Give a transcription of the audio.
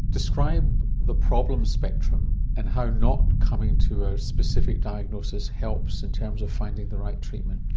describe the problem spectrum and how not coming to a specific diagnosis helps in terms of finding the right treatment.